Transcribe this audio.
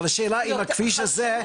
אבל השאלה היא אם הכביש הזה,